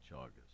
August